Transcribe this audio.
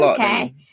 Okay